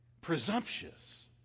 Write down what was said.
presumptuous